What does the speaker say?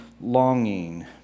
longing